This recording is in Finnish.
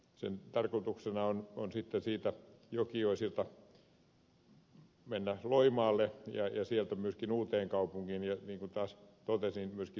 sen tarkoituksena on sitten siitä jokioisilta mennä loimaalle ja sieltä myöskin uuteenkaupunkiin ja niin kuin taas totesin myöskin tampereelle